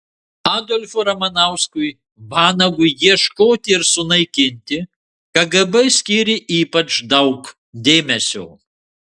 adolfui ramanauskui vanagui ieškoti ir sunaikinti kgb skyrė ypač daug dėmesio